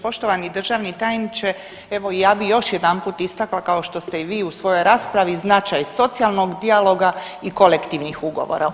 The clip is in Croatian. Poštovani državni tajniče, evo, ja bih još jedanput istakla, kao što ste i vi u svojoj raspravi značaj socijalnog dijaloga i kolektivnih ugovora.